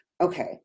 okay